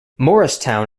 morristown